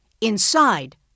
Inside